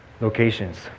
locations